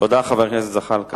תודה, חבר הכנסת זחאלקה.